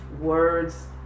words